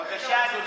בבקשה, אדוני.